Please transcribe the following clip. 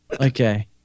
Okay